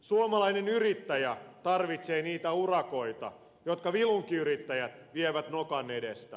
suomalainen yrittäjä tarvitsee niitä urakoita jotka vilunkiyrittäjät vievät nokan edestä